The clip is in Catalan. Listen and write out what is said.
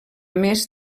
més